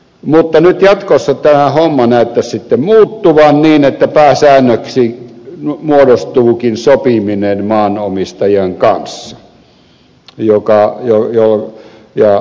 mutta nyt jatkossa tämä homma näyttäisi sitten muuttuvan niin että pääsäännöksi muodostuukin sopiminen maanomistajan kanssa